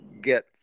get